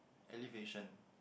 elevation